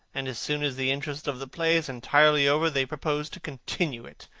and as soon as the interest of the play is entirely over, they propose to continue it.